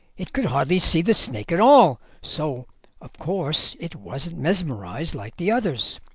it could hardly see the snake at all, so of course it wasn't mesmerised like the others.